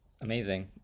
amazing